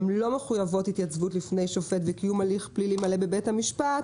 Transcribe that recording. הן לא מחויבות התייצבות לפני שופט וקיום הליך פלילי מלא בבית המשפט,